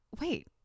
wait